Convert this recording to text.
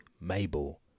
Mabel